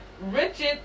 Richard